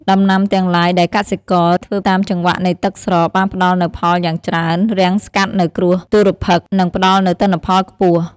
ដំណាំទាំងឡាយដែលកសិករ ធ្វើតាមចង្វាក់នៃទឹកស្រកបានផ្តល់នូវផលយ៉ាងច្រើន រាំងស្កាត់នូវគ្រោះទុរ្ភិក្ស និងផ្តល់នូវទិន្នផលខ្ពស់។